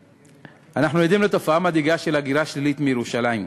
אנו עדים לתופעה מדאיגה של הגירה שלילית מירושלים.